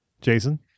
Jason